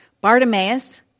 Bartimaeus